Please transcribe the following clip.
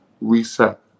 reset